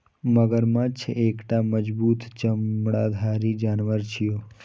मगरमच्छ एकटा मजबूत चमड़ाधारी जानवर छियै